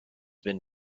been